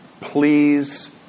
Please